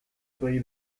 ray